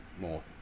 more